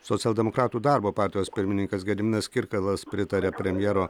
socialdemokratų darbo partijos pirmininkas gediminas kirkilas pritaria premjero